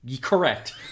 Correct